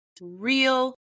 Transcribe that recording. real